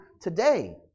today